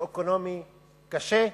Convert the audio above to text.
סוציו-אקונומי קשה,